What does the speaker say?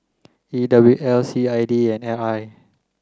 E W L C I D and R I